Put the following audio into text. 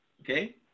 okay